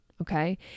Okay